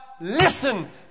listen